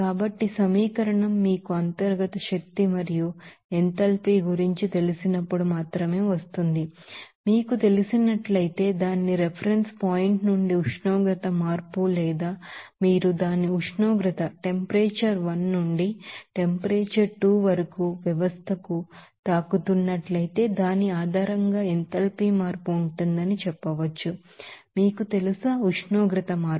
కాబట్టి సమీకరణం మీకు ఇంటర్నల్ ఎనర్జీ మరియు ఎంథాల్పీ గురించి తెలిసినప్పుడు మాత్రమే వస్తుంది మరియు మీకు తెలిసినట్లయితే దాని రిఫరెన్స్ పాయింట్ నుండి ఉష్ణోగ్రత మార్పు లేదా మీరు దాని ఉష్ణోగ్రత 1 నుండి ఉష్ణోగ్రత 2 కు వ్యవస్థను తాకుతున్నట్లయితే దాని ఆధారంగా ఎంథాల్పీ మార్పు ఉంటుందని చెప్పవచ్చు మీకు తెలుసా ఉష్ణోగ్రత మార్పు